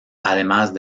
además